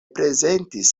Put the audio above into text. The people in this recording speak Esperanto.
prezentis